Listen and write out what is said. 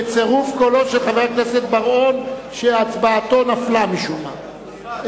בצירוף קולו של חבר הכנסת בר-און שהצבעתו נפלה משום מה.